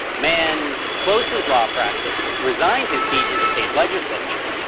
mann closed his law practice, resigned his seat in the state legislature,